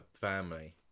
family